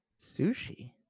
Sushi